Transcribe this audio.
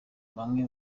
bamwe